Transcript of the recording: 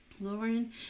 lauren